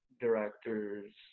directors